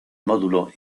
módulo